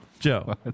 Joe